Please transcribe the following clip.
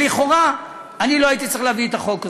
ולכאורה אני לא הייתי צריך להביא את החוק הזה.